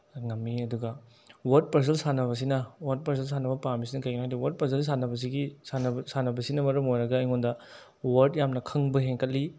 ꯉꯝꯃꯤ ꯑꯗꯨꯒ ꯋꯥꯔꯗ ꯄꯖꯜ ꯁꯥꯟꯅꯕꯁꯤꯅ ꯋꯥꯔꯗ ꯄꯖꯜ ꯁꯥꯟꯅꯕ ꯄꯥꯝꯃꯤꯁꯤꯅ ꯀꯩꯒꯤꯅꯣ ꯍꯥꯏꯔꯗꯤ ꯋꯥꯔꯗ ꯄꯖꯜ ꯁꯥꯟꯅꯕꯁꯤꯒꯤ ꯁꯥꯟꯅꯕ ꯁꯥꯟꯅꯕꯁꯤꯅ ꯃꯔꯝ ꯑꯣꯏꯔꯒ ꯑꯩꯉꯣꯟꯗ ꯋꯥꯔꯗ ꯌꯥꯝꯅ ꯈꯪꯕ ꯍꯦꯟꯀꯠꯂꯤ